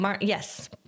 Yes